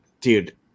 Dude